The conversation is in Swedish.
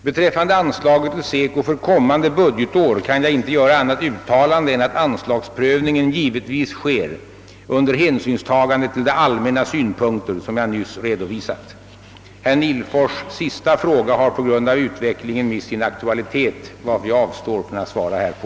Beträffande anslaget till SECO för kommande budgetår kan jag inte göra annat uttalande än att anslagsprövningen givetvis sker under hänsynstagande till de allmänna synpunkter som jag nyss redovisat. Herr Nihlfors sista fråga har på grund av utvecklingen mist sin aktualitet, varför jag avstår från att svara härpå.